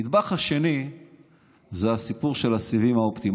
הנדבך השני זה הסיפור של הסיבים האופטיים.